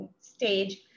stage